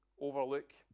overlook